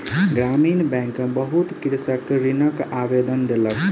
ग्रामीण बैंक में बहुत कृषक ऋणक आवेदन देलक